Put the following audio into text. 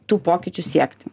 tų pokyčių siekti